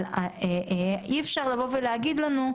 אבל אי אפשר לבוא ולהגיד לנו,